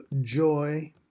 joy